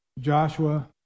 Joshua